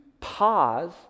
pause